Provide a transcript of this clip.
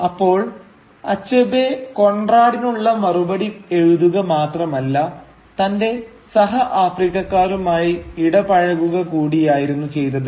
അപ്പോൾ അച്ഛബേ കോൺറാഡിനുള്ള മറുപടി എഴുതുക മാത്രമല്ല തന്റെ സഹ ആഫ്രിക്കക്കാരുമായി ഇടപഴകുക കൂടിയായിരുന്നു ചെയ്തത്